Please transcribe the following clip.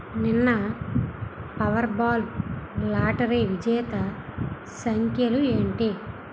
నిన్న Powerball lottery విజేత సంఖ్యలు ఏంటి